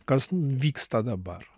kas vyksta dabar